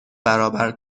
برابر